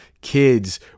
kids